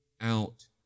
out